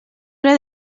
ple